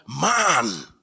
man